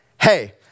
Hey